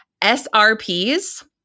SRPs